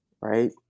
right